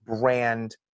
brand